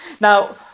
Now